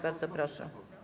Bardzo proszę.